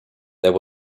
there